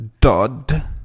Dodd